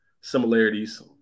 similarities